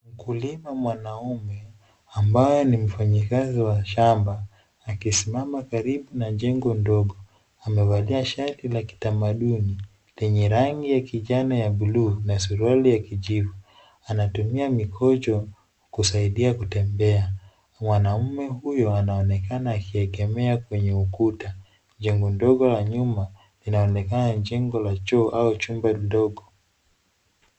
Mkulima mwanaume ambaye ni mfanyikazi wa shamba akisimama karibu na jengo ndogo. Amevalia shati la kitamaduni lenye rangi ya kinjano yabuluu na suruali ya kijivu. Anatumia mikongojo kusaidia kutembea. Mwaanume huyo anaonekana akiegemea kwenye ukuta. Jengo ndogo la nyuma linaonekana ni jengo la choo au chumba ndogo.